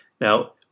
Now